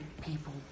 people